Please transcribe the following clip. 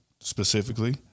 specifically